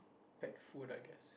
pet food I guess